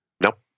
Nope